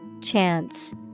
Chance